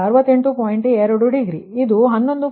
6 degree ಇದು 15